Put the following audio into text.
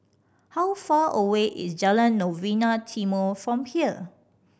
how far away is Jalan Novena Timor from here